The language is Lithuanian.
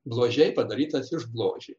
bložiai padarytas iš bložė